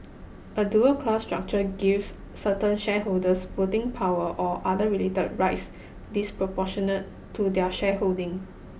a dual class structure gives certain shareholders voting power or other related rights disproportionate to their shareholding